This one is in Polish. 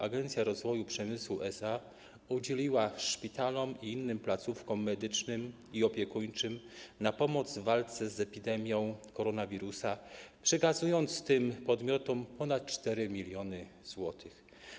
Agencja Rozwoju Przemysłu SA udzieliła szpitalom i innym placówkom medycznym i opiekuńczym w celu walki z epidemią koronawirusa, przekazując tym podmiotom ponad 4 mln zł.